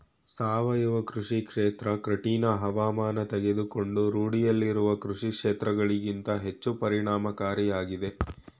ಸಾವಯವ ಕೃಷಿ ಕ್ಷೇತ್ರ ಕಠಿಣ ಹವಾಮಾನ ತಡೆದುಕೊಂಡು ರೂಢಿಯಲ್ಲಿರುವ ಕೃಷಿಕ್ಷೇತ್ರಗಳಿಗಿಂತ ಹೆಚ್ಚು ಪರಿಣಾಮಕಾರಿಯಾಗಿದೆ